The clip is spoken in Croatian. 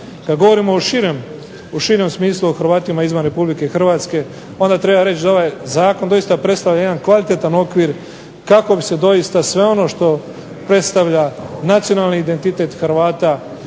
Kada govorim o širem smislu o Hrvatima izvan RH onda treba reći da ovaj zakon doista predstavlja jedan kvalitetan okvir kako bi se doista sve ono što predstavlja nacionalni identitet Hrvata